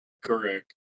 Correct